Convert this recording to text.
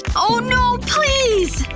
oh no, please!